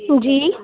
جی